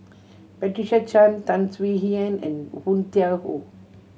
Patricia Chan Tan Swie Hian and Woon Tai Ho